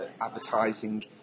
advertising